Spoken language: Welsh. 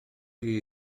chi